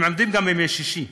והם עובדים גם ביום שישי,